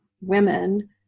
women